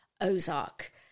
Ozark